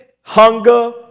hunger